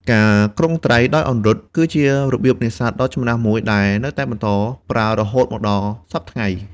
ការក្រុងត្រីដោយអង្រុតគឺជារបៀបនេសាទដ៏ចំណាស់មួយ ដែលនៅតែបន្តប្រើរហូតមកដល់សព្វថ្ងៃ។